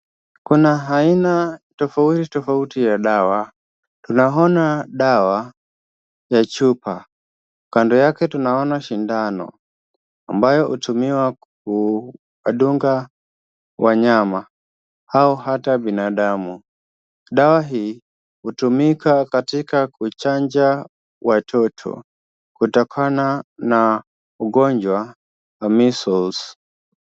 Kuna aina tofauti tofauti ya dawa, tunaona dawa ya chupa, kando yake tunaona shindano ambayo hutumiwa kuwadunga wanyama au hata binadamu dawa hii hutumika katika kuchanja watoto kutokana na ugonjwa wa measles .